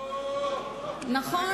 נכון,